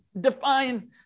define